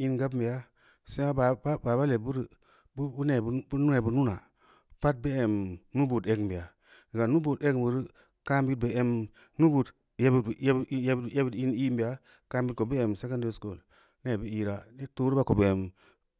In gabu beya sengn baa baba lebbu re, bu nee bu muna, pad bu eu muu egnbe ya gam nuu-bood egn beu reu kum bid bu em nuu-bood yebbid in i’n beya, kam bid ko bu em secondary school nee bu ii ra, neb tooruba ko bu em